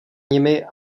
nimi